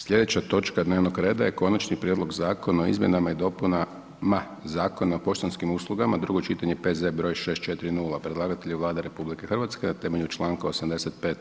Sljedeća točka dnevnog reda je: - Konačni prijedlog zakona o izmjenama i dopunama Zakona o poštanskim uslugama, drugo čitanje, P.Z. br. 640; Predlagatelj je Vlada RH na temelju čl. 85.